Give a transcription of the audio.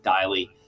daily